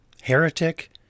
heretic